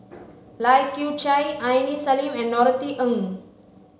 Lai Kew Chai Aini Salim and Norothy Ng